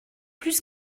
plus